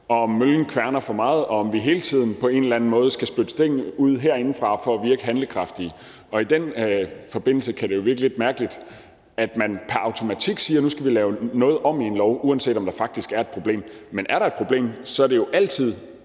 om møllen kværner for meget, og om vi hele tiden på en eller anden måde skal spytte stenene ud herindefra for at virke handlekraftige. I den forbindelse kan det jo virke lidt mærkeligt, at man pr. automatik siger: Nu skal vi lave noget om i en lov, uanset om der faktisk er et problem. Men er der et problem, er det jo altid